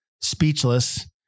Speechless